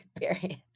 Period